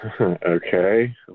Okay